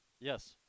Yes